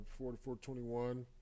44-21